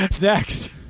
Next